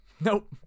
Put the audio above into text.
Nope